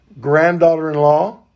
granddaughter-in-law